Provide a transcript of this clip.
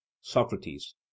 socrates